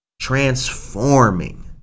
transforming